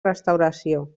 restauració